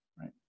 right